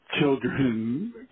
children